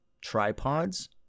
tripods